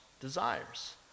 desires